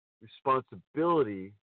responsibility